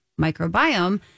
microbiome